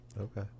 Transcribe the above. okay